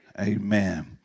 Amen